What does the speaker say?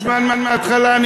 זמן מהתחלה.